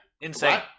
insane